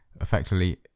effectively